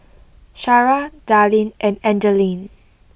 Shara Dallin and Angeline